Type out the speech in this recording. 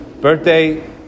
birthday